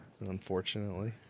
Unfortunately